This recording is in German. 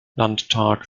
landtag